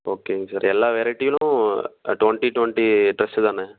ஓகேங்க சார் எல்லா வெரைட்டியிலும் ட்வெண்ட்டி ட்வெண்ட்டி ட்ரெஸ்ஸுதானே